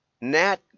Nat